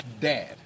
Dad